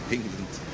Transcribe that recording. England